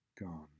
gone